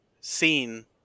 seen